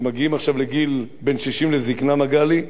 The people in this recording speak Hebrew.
כשמגיעים עכשיו לגיל, בן 60 לזיקנה, מגלי,